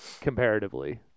comparatively